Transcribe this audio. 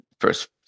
first